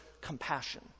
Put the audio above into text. compassion